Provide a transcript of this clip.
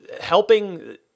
helping